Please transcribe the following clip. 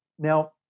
Now